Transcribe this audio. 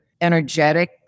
energetic